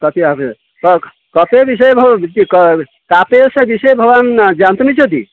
कति वक् काफ़े विषये भवान् इति क् कार्पासविषये भवान् ज्ञान्तुमिच्छति